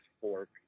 fork